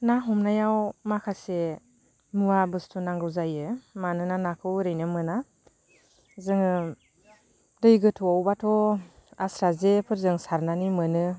ना हमनायाव माखासे मुवा बुस्थु नांगौ जायो मानोना नाखौ ओरैनो मोना जोङो दै गोथौआवबाथ' आस्रा जेफोरजों सारनानै मोनो